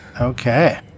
Okay